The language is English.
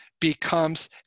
becomes